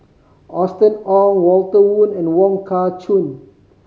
Austen Ong Walter Woon and Wong Kah Chun